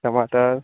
टमाटर